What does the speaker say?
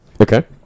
Okay